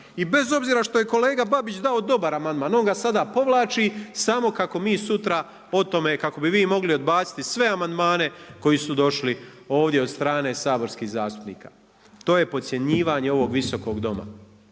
i bez obzira što je kolega Babić dao dobar amandman, on ga sada povlači samo kako mi sutra o tome, kako bi vi mogli odbaciti sve amandmane koji su došli od strane saborskih zastupnika. To je podcjenjivanje ovog visokog Doma.